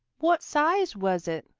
what size was it?